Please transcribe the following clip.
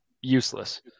useless